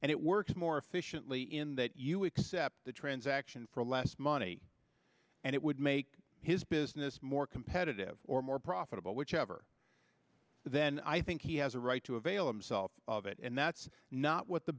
and it works more efficiently in that you accept the transaction for less money and it would make his business more competitive or more profitable whichever then i think he has a right to avail themselves of it and that's not what the